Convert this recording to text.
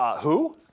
who?